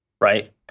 right